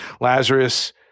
Lazarus